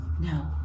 No